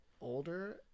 older